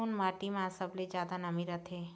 कोन माटी म सबले जादा नमी रथे?